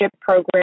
program